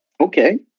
Okay